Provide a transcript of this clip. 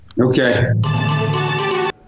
Okay